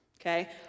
okay